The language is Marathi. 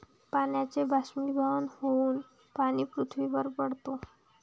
पाण्याचे बाष्पीभवन होऊन पाऊस पृथ्वीवर पडतो